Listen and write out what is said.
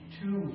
two